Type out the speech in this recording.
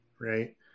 Right